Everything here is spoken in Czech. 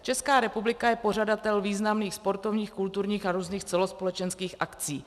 Česká republika je pořadatelem významných sportovních, kulturních a různých celospolečenských akcí.